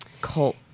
cult